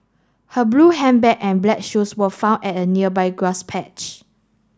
her blue handbag and black shoes were found at a nearby grass patch